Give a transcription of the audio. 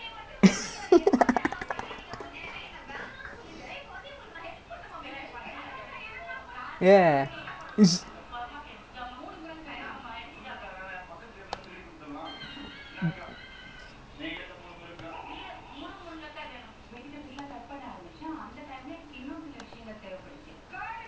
ya lah no shit but I'm okay honestly right I I'm okay with N_S I don't mind the physical training I don't mind like doing whatever they ask me do the only problem is not able to see your friends and family because if like they can do that shit but they make you come back at least three times a week right that would be perfect I don't give a shit about N_S as in like the what the அங்க பண்றது:anga pandrathu I don't give a shit